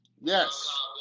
Yes